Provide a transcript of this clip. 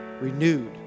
renewed